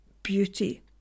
beauty